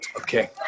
Okay